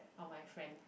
orh my friend